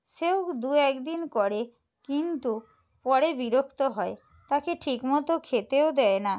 সেও দু এক দিন করে কিন্তু পরে বিরক্ত হয় তাকে ঠিক মতো খেতেও দেয় না